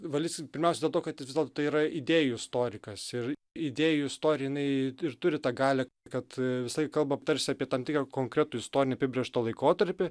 valickis pirmiausia dėl to kad vis dėlto tai yra idėjų istorikas ir idėjų istoriniai ir turi tą galią kad visalaik kalba tarsi apie tam tikrą konkretų istorinį apibrėžtą laikotarpį